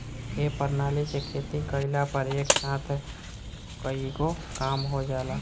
ए प्रणाली से खेती कइला पर एक साथ कईगो काम हो जाला